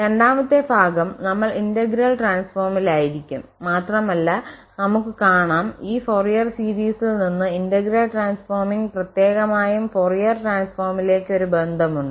രണ്ടാമത്തെ ഭാഗം നമ്മൾ ഇന്റഗ്രൽ ട്രാൻസ്ഫോമിലായിരിക്കും മാത്രമല്ല നമുക് കാണാം ഈ ഫൊറിയർ സീരീസിൽ നിന്ന് ഇന്റഗ്രൽ ട്രാൻസ്ഫോർമിംഗ് പ്രത്യേകമായും ഫൊറിയർ ട്രാൻസ്ഫോമിലേക്ക് ഒരു ബന്ധമുണ്ട്